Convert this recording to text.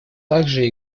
также